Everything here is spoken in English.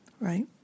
right